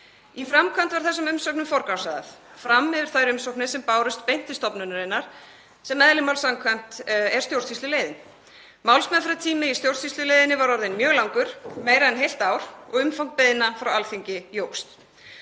Í framkvæmd var þessum umsögnum forgangsraðað fram yfir þær umsóknir sem bárust beint til stofnunarinnar sem eðli máls samkvæmt er stjórnsýsluleiðin. Málsmeðferðartími í stjórnsýsluleiðinni var orðinn mjög langur, meira en heilt ár, og umfang beiðna frá Alþingi jókst.